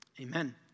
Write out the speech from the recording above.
amen